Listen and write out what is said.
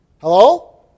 Hello